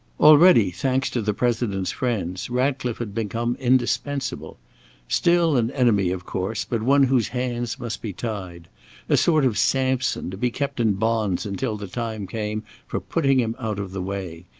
already, thanks to the president's friends, ratcliffe had become indispensable still an enemy, of course, but one whose hands must be tied a sort of sampson, to be kept in bonds until the time came for putting him out of the way,